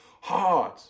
hard